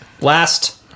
Last